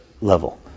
level